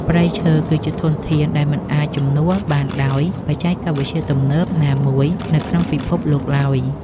ព្រៃឈើ គឺជាធនធានដែលមិនអាចជំនួសបានដោយបច្ចេកវិទ្យាទំនើបណាមួយនៅក្នុងពិភពលោកឡើយ។